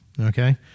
Okay